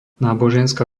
náboženská